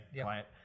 quiet